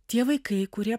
tie vaikai kurie